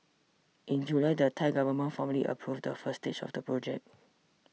in July the Thai government formally approved the first stage of the project